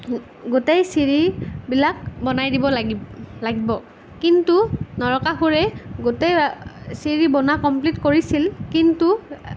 গোটেই চিৰিবিলাক বনাই দিব লাগি লাগিব কিন্তু নৰকাসুৰে গোটে চিৰি বনুৱা কমপ্লিট কৰিছিল কিন্তু